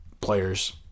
players